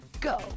Go